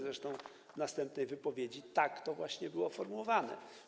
Zresztą w następnej wypowiedzi tak to właśnie było formułowane.